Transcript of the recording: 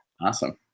Awesome